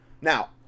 Now